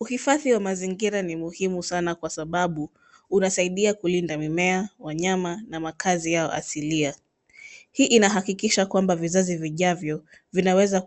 Uhifadhi wa mazingira ni muhimu sana kwa sababu unasaidia kulinda mimea wanyama na makazi yao asilia, hii inahakikisha kwamba vizazi vijavyo vinaweza